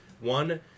one